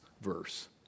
verse